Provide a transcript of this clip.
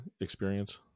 experience